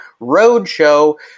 Roadshow